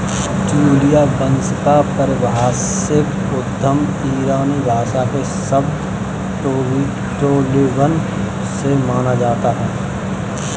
ट्यूलिया वंश का पारिभाषिक उद्गम ईरानी भाषा के शब्द टोलिबन से माना जाता है